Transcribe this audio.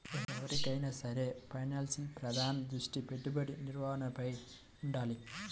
ఎవరికైనా సరే ఫైనాన్స్లో ప్రధాన దృష్టి పెట్టుబడి నిర్వహణపైనే వుండాలి